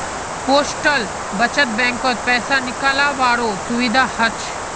postal बचत बैंकत पैसा निकालावारो सुविधा हछ